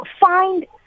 find